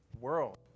world